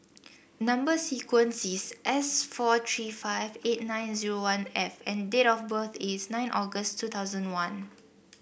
number sequence is S four three five eight nine zero one F and date of birth is nine August two thousand one